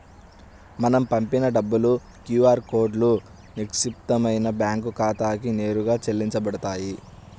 మనం పంపిన డబ్బులు క్యూ ఆర్ కోడ్లో నిక్షిప్తమైన బ్యేంకు ఖాతాకి నేరుగా చెల్లించబడతాయి